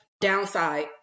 downside